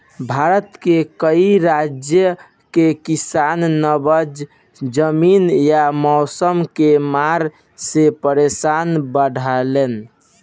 भारत के कई राज के किसान बंजर जमीन या मौसम के मार से परेसान बाड़ेन